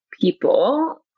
people